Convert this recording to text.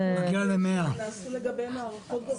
יש לנו עובדים --- נעשו לגביהם הערכות,